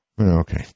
Okay